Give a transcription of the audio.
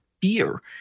fear